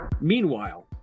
Meanwhile